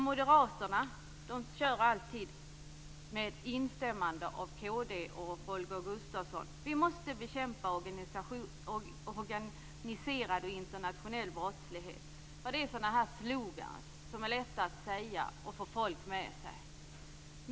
Moderaterna kör alltid, med instämmande av kd och av Holger Gustafsson, med att vi måste bekämpa organiserad och internationell brottslighet. Det är sådana slogan som är lätta att sälja och få folk med sig på.